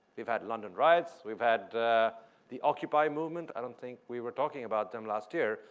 have had london riots, we have had the occupy movement. i don't think we were talking about them last year,